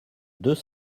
deux